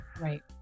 Right